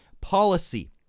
policy